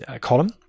column